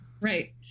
Right